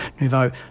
nouveau